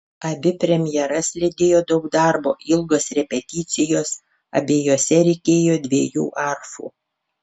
abi premjeras lydėjo daug darbo ilgos repeticijos abiejose reikėjo dviejų arfų